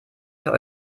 für